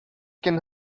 can